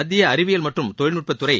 மத்திய அறிவியல் மற்றும் தொழில்நுட்பத்துறை